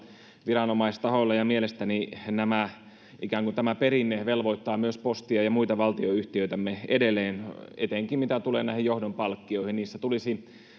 viranomaistahoilla niin mielestäni ikään kuin tämä perinne velvoittaa myös postia ja ja muita valtionyhtiöitämme edelleen etenkin mitä tulee näihin johdon palkkioihin niissä tulisi